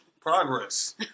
Progress